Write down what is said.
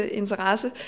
interesse